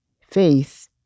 faith